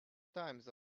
times